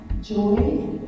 joy